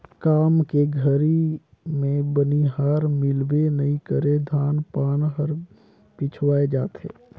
काम के घरी मे बनिहार मिलबे नइ करे धान पान हर पिछवाय जाथे